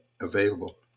available